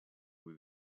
with